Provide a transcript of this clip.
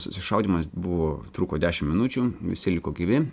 susišaudymas buvo truko dešimt minučių visi liko gyvi